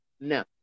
No